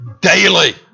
daily